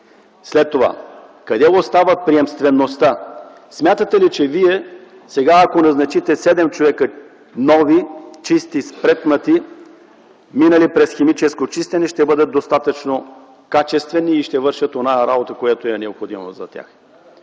След това: къде остава приемствеността? Смятате ли, че вие, ако назначите сега седем човека – нови, чисти, спретнати, минали през химическо чистене, ще бъдат достатъчно качествени и ще вършат оная работа, която е необходима за тях?